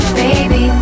baby